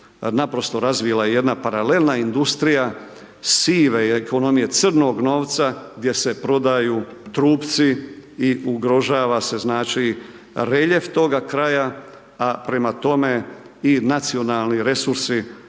naprosto razvila jedna paralelna industrija sive ekonomije, crnog novca gdje se prodaju trupci i ugrožava se znači reljef toga kraja, a prema tome i nacionalni resursi